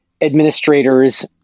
administrators